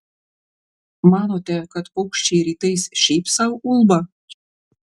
manote kad paukščiai rytais šiaip sau ulba